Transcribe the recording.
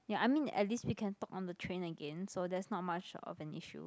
ya I mean at least we can talk on the train again so that's not much of an issue